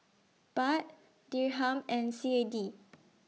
Baht Dirham and C A D